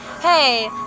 hey